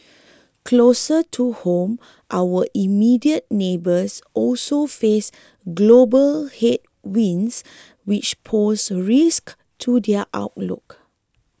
closer to home our immediate neighbours also face global headwinds which pose risks to their outlook